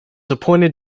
appointed